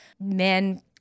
men